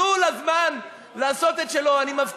תנו לזמן לעשות את שלו, ממה נפשך, יהודה גליק?